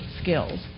skills